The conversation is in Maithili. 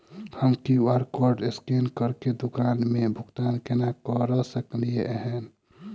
हम क्यू.आर कोड स्कैन करके दुकान मे भुगतान केना करऽ सकलिये एहन?